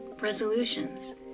resolutions